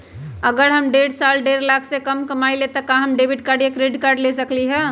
अगर हम हर साल डेढ़ लाख से कम कमावईले त का हम डेबिट कार्ड या क्रेडिट कार्ड ले सकली ह?